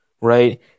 right